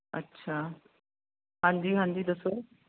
ਅੱਛਾ ਹਾਂਜੀ ਹਾਂਜੀ ਦੱਸੋ